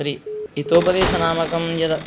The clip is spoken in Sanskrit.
तर्हि हितोपदेश नामकं यद्